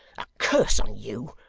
a curse on you!